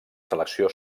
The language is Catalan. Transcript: selecció